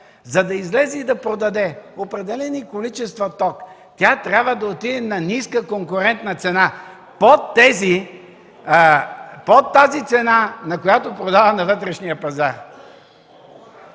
За да излезе и да продаде определени количества ток, тя трябва да отиде на ниска конкурентна цена – под цената, на която продава на вътрешния пазар.